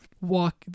Walk